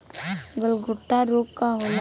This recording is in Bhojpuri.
गलघोटू रोग का होला?